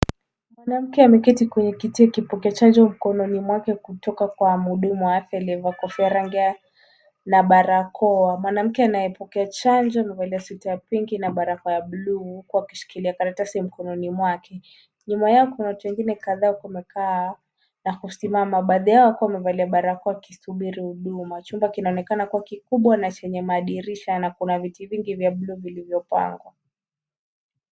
Mwanamke ameketi kwenye kiti akipokea chanjo mkononi mwake kutoka kwa mhudumu wa afya aliyevaa kofia rangi ya na barakoa. Mwanamke anayepokea chanjo amevalia suti ya pinki na barakoa ya bluu, huku akishikilia karatasi mkononi mwake. Nyuma yao kuna watu wengine kadhaa huku wamekaa na kusimama, baadhi yao wakiwa wamevalia barakoa wakisubiri huduma. Chumba kinaonekana kuwa kikubwa na chenye madirisha na kuna viti vingi vya bluu vilivyopangwa.